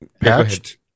patched